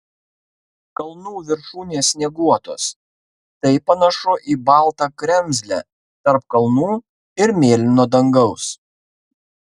kalnų viršūnės snieguotos tai panašu į baltą kremzlę tarp kalnų ir mėlyno dangaus